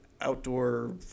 outdoor